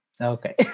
Okay